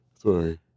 sorry